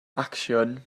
acsiwn